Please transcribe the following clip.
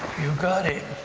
you got it!